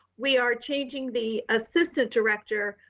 we are changing the assistant director.